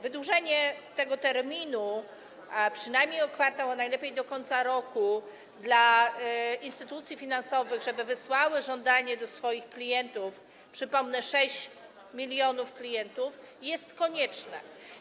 Wydłużenie tego terminu przynajmniej o kwartał, a najlepiej do końca roku, dla instytucji finansowych, żeby wysłały żądanie do swoich klientów - przypomnę: 6 mln klientów - jest konieczne.